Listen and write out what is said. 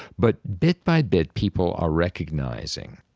but bit by bit, people are recognizing